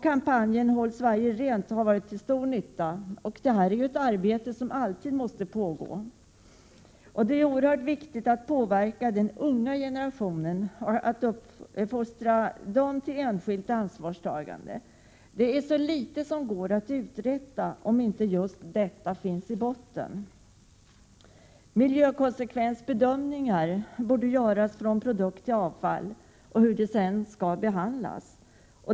Kampanjen ”Håll Sverige rent” har varit till stor nytta. Detta är ett arbete som alltid måste pågå. Vidare är det oerhört viktigt att påverka den unga generationen och att uppfostra den till enskilt ansvarstagande. Det går inte att uträtta särskilt mycket, om inte just detta finns i botten. Miljökonsekvensbedömningar borde göras för hela kedjan, från produkt till avfall. Det gäller således även den senare behandlingen.